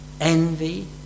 envy